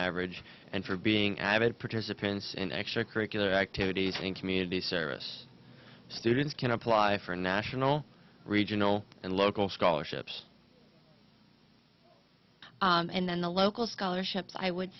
average and for being avid participants in extracurricular activities and community service students can apply for national regional and local scholarships and then the local scholarships i would